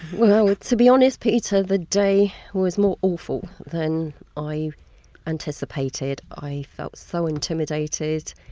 well, to be honest, peter, the day was more awful than i anticipated. i felt so intimidated,